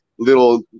little